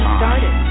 started